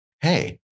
hey